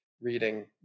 reading